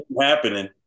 happening